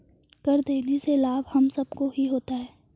कर देने से लाभ हम सबको ही होता है